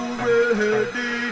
ready